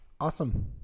Awesome